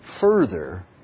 further